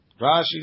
Rashi